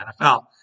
NFL